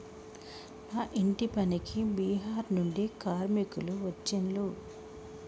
మా ఇంటి పనికి బీహార్ నుండి కార్మికులు వచ్చిన్లు